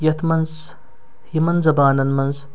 یَتھ منٛز یِمَن زبانَن منٛز